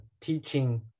teaching